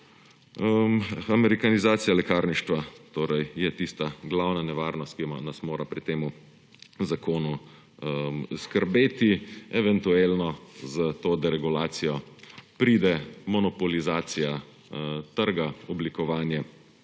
Amerikanizacija lekarništva je torej tista glavna nevarnost, ki nas mora pri tem zakonu skrbeti. Eventualno s to deregulacijo pride monopolizacija trga, oblikovanje